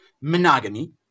monogamy